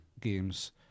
games